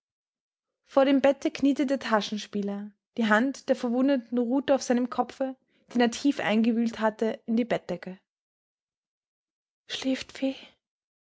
vor dem bette kniete der taschenspieler die hand der verwundeten ruhte auf seinem kopfe den er tief eingewühlt hatte in die bettdecke schläft fee